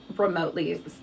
remotely